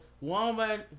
woman